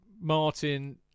Martin